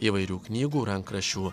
įvairių knygų rankraščių